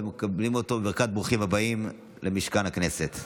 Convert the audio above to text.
מודים לו ומקבלים אותו בברכת ברוך הבא למשכן הכנסת.